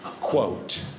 Quote